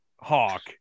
Hawk